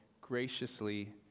graciously